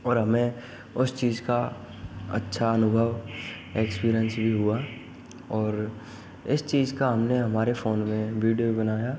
और हमें उस चीज़ का अच्छा अनुभव एक्सपीरियंस भी हुआ और इस चीज़ का हमने हमारे फ़ोन में वीडियो भी बनाया है